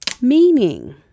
Meaning